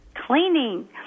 Cleaning